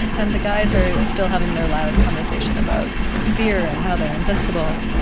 and the guys are still having their loud conversation about beer and how they're invincible.